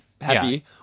happy